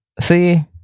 See